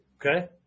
Okay